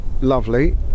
lovely